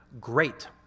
Great